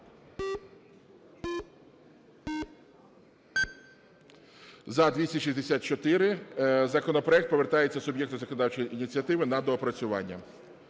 За-264 Законопроект повертається суб'єкту законодавчої ініціативи на доопрацювання.